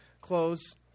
close